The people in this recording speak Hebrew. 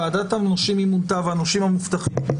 ועדת המורשים והנושים המובטחים,